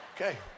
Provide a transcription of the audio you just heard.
okay